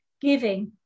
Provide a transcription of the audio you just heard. giving